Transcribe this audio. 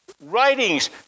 writings